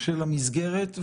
של המסגרת.